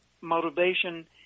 Motivation